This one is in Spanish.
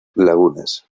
lagunas